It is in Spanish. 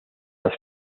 las